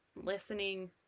listening